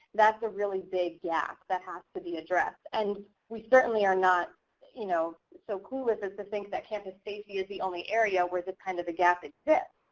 that's a really big gap that has to be addressed. and we certainly are not you know so cool with this to think that campus safety is the only area where this kind of a gap exists.